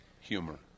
humor